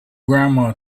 grandma